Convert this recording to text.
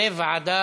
(חישוב דמי מחלה בעת היעדרות לסירוגין של בני-זוג),